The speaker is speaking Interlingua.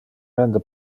rende